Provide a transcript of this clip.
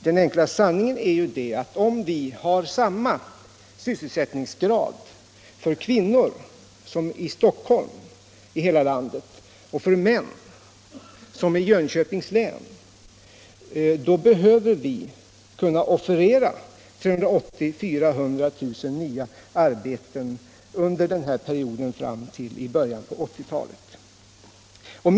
Den enkla sanningen är den att om vi i hela landet har samma sysselsättningsgrad för kvinnor som i Stockholm och för män som i Jönköpings län, behöver vi kunna offerera 380 000-400 000 nya arbeten under perioden fram till början av 1980-talet om vi skall uppfylla målet arbete åt alla.